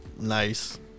Nice